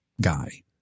guy